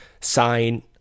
sign